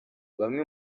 bamwe